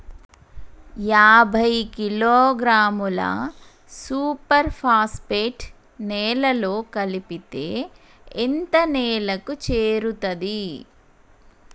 యాభై కిలోగ్రాముల super phosphate నేలలో కలిపితే ఎంత నేలకు చేరుతది?